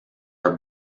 are